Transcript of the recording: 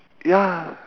ya